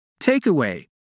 Takeaway